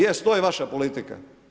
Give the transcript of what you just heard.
Jest, to je vaša politika.